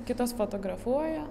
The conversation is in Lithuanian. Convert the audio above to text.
kitos fotografuoja